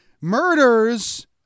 murders